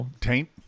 Taint